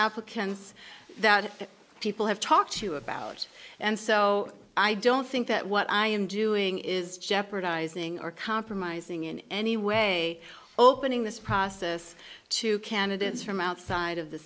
africans that people have talked to about and so i don't think that what i am doing is jeopardizing or compromising in any way opening this process to candidates from outside of the